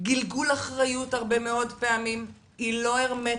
בגלגול אחריות הרבה מאוד פעמים, היא לא הרמטית,